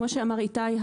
כמו שאמר איתי,